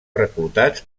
reclutats